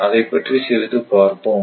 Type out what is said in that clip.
அதைப் பற்றி சிறிது பார்ப்போம்